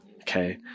Okay